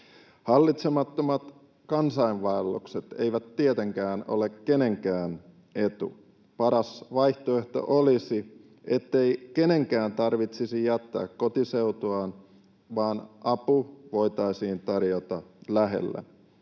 Hallitsemattomat kansainvaellukset eivät tietenkään ole kenenkään etu. Paras vaihtoehto olisi, ettei kenenkään tarvitsisi jättää kotiseutuaan, vaan apu voitaisiin tarjota lähellä.